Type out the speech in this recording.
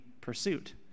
pursuit